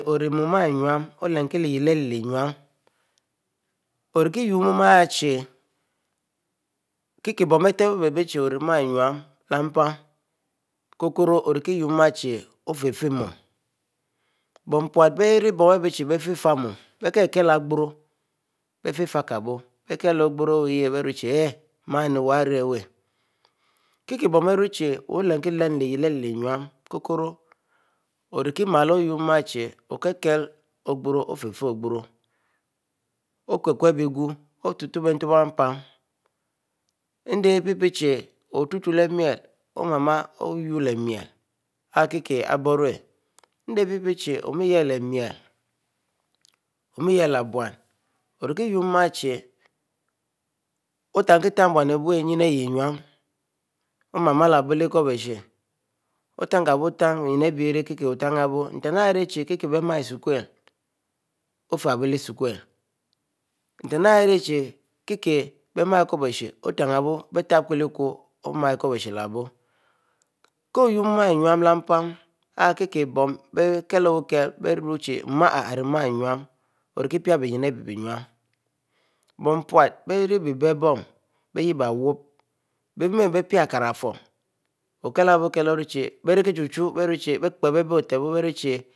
Orimuie-anue olenkie-lehylele enue, orie yuoieh oyumuichie, kiebo bietebbei chie orie mur anue ikokro enue orikie yuro mur ichie ofiefieh mou, bon pute bieribon abiebefirmu biekieleh ogboro biefikieh aboo-biekieleleh ogboro biefikie boo, biechie haieh wuhrri abieewu kiebon beyuru chie wuolenkie lernu- lyieh leh enwe ikokoro orimiebe ouyoro mu achie, okiele oburo ofieh fieh wuie okulele bie egu otuteb bie tube a pan endieh piepieh chie otutule leh mel, oru mar miel oyuro leh-mel arieh kiekieh arboruie, endieh etutuchie omieh omiel buimou, bietu tuieh kie be buro, otan kie tan bumuo-aboieh enninu omr mar lelibou leh-ikobishe, otankiebo otankiebou beyen aribie bieri kotanibou, nten aihri chie kiebemiel esukule, ofieh a'boo leh esukule nten anikie kotanob kie bie mar ikbiese orutanaboo mieh ikobiese leh-bo, ko yuro mu a enuie leh-mpan aniekiebnbekeu, bierurechie mu arieh iri mu a nue leh-mpan, oripeh beyen leh-mapan, brn puti beri bebom, bieyeboo iwuypo biepie kirafum okileboo